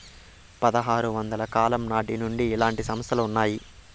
పదహారు వందల కాలం నాటి నుండి ఇలాంటి సంస్థలు ఉన్నాయి